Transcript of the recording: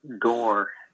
door